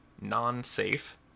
non-safe